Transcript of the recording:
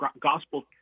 gospel